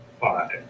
five